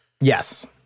Yes